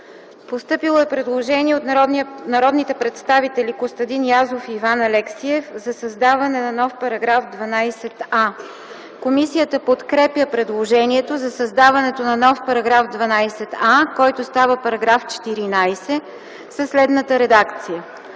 Постъпило е предложение от народните представители Костадин Язов и Иван Алексиев за създаване на нов § 12а. Комисията подкрепя предложението за създаването на нов § 12а, който става § 14 със следната редакция: